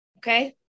Okay